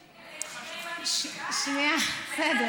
שנייה, בסדר.